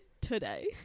today